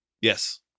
yes